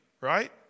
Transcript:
right